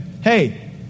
hey